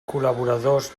col·laboradors